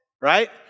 right